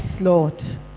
Lord